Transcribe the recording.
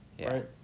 right